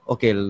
Okay